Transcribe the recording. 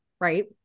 Right